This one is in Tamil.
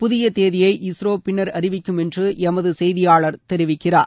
புதிய தேதியை இஸ்ரோ பின்னர் அறிவிக்கும் என்று எமது செய்தியாளர் தெரிவிக்கிறார்